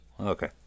Okay